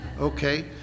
okay